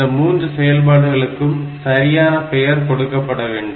இந்த 3 செயல்பாடுகளுக்கும் சரியான பெயர் கொடுக்க வேண்டும்